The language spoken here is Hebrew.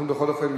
אנחנו בכל אופן,